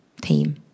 team